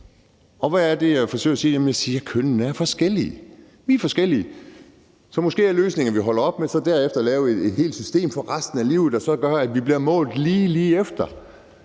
dag. Hvad er det, jeg vil forsøge at sige? Kønnene er forskellige. Vi er forskellige. Så måske er løsningen, at vi holder op med at lave et helt system derefter for resten af livet, der så gør, at vi bliver målt lige. Drenges